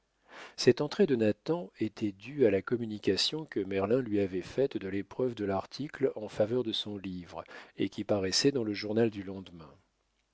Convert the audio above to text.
cette entrée de nathan était due à la communication que merlin lui avait faite de l'épreuve de l'article en faveur de son livre et qui paraissait dans le journal du lendemain